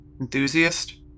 Enthusiast